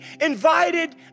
invited